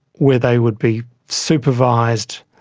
where they would be supervised,